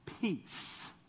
peace